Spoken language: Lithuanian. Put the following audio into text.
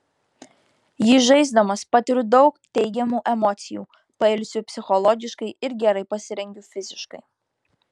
jį žaisdamas patiriu daug teigiamų emocijų pailsiu psichologiškai ir gerai pasirengiu fiziškai